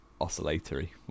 oscillatory